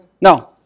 No